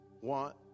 want